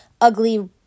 ugly